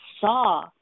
saw